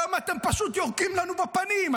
היום אתם פשוט יורקים לנו בפנים,